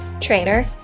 trainer